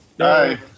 Hi